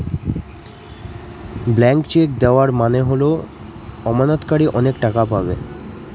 blank cheque দেওয়া মানে হল আমানতকারী অনেক টাকা পাবে